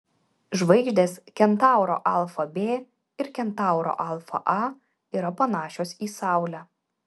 žvaigždės kentauro alfa b ir kentauro alfa a yra panašios į saulę